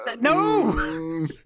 No